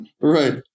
Right